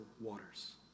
waters